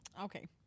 okay